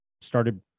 started